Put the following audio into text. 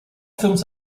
films